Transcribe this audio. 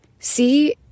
See